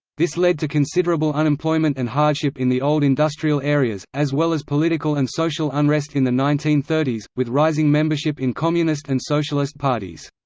this led to considerable unemployment and hardship in the old industrial areas, as well as political and social unrest in the nineteen thirty s, with rising membership in communist and socialist parties.